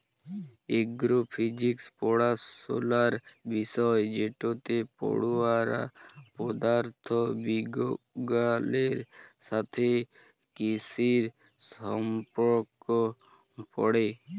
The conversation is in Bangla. এগ্র ফিজিক্স পড়াশলার বিষয় যেটতে পড়ুয়ারা পদাথথ বিগগালের সাথে কিসির সম্পর্ক পড়ে